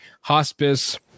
hospice